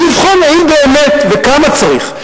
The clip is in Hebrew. ולבחון האם באמת וכמה צריך.